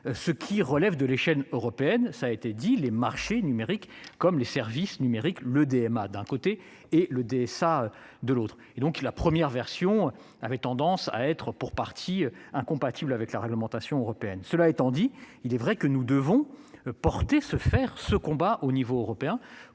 ce qui relève de l'échelle européenne, ça a été dit les marchés numériques comme les services numériques le DMA, d'un côté et le DSA, de l'autre et donc il la première version avait tendance à être pour partie incompatible avec la réglementation européenne. Cela étant dit, il est vrai que nous devons porter ce faire ce combat au niveau européen